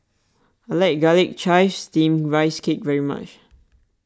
I like Garlic Chives Steamed Rice Cake very much